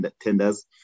tenders